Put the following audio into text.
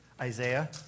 Isaiah